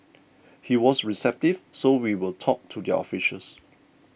he was receptive so we will talk to their officials